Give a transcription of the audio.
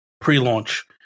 pre-launch